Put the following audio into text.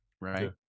right